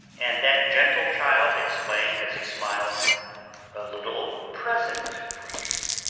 and that gentle child explained as he smiled a little present for you.